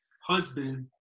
husband